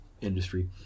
industry